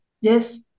Yes